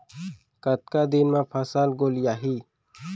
कतका दिन म फसल गोलियाही?